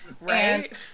Right